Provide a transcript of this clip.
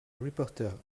reporter